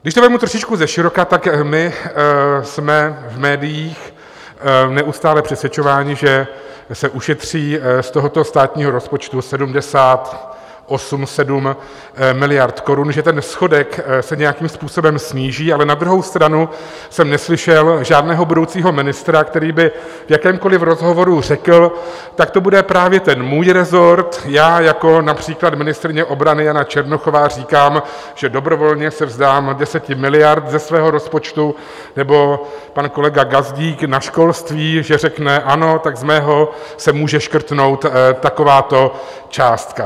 Když to vezmu trošičku ze široka, tak jsme v médiích neustále přesvědčováni, že se ušetří z tohoto státního rozpočtu 78 miliard korun, že schodek se nějakým způsobem sníží, ale na druhou stranu jsem neslyšel žádného budoucího ministra, který by v jakémkoli rozhovoru řekl: Tak to bude právě můj rezort, já jako například ministryně obrany Jana Černochová říkám, že dobrovolně se vzdám 10 miliard ze svého rozpočtu, nebo pan kolega Gazdík na školství, že řekne: Ano, tak z mého se může škrtnout takováto částka.